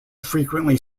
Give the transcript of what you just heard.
frequently